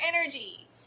energy